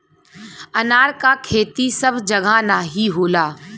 अनार क खेती सब जगह नाहीं होला